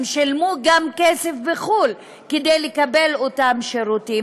הם שילמו גם כסף בחו"ל כדי לקבל אותם שירותים,